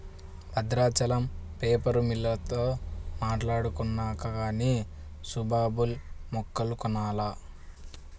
Bhadrachalam paper మిల్లోల్లతో మాట్టాడుకొన్నాక గానీ సుబాబుల్ మొక్కలు కొనాల